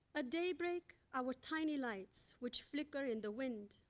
ah daybreak our tiny lights, which flicker in the wind,